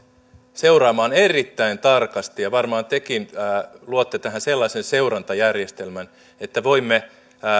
seuraamaan erittäin tarkasti ja varmaan tekin luotte tähän sellaisen seurantajärjestelmän että voimme